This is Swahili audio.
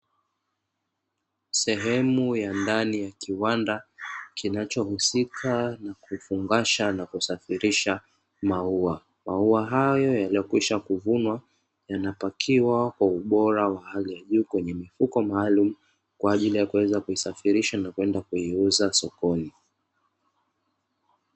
Sehemu ya ndani ya kiwanda kinacho husika na kufungasha na kusafirisha maua. Maua hayo yaliyo kwisha kuvunwa yanapakiwa kwa ubora wa hali ya juu kwenye mifuko maalumu kwa ajili ya kuweza kuisafirisha na kwenda kuiuza sokoni.